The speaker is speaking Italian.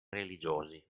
religiosi